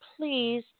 please